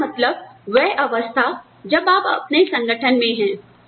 सदस्यता मतलब वह अवस्था जब आप अपने संगठन में हैं